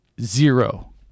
zero